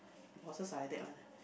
bosses are like that one